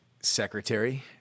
secretary